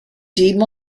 dim